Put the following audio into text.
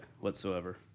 whatsoever